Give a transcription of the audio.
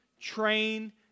train